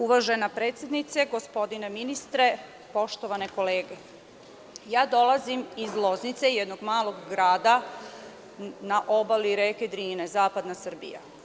Uvažena predsednice, gospodine ministre, poštovane kolege, dolazim iz Loznice, jednog malog grada na obali reke Drine, zapadna Srbija.